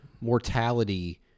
mortality